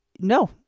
no